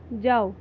जाओ